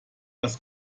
das